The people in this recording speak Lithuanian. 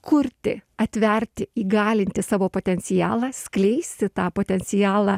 kurti atverti įgalinti savo potencialą skleisti tą potencialą